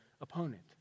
opponent